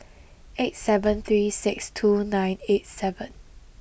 eight seven three six two nine eight seven